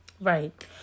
right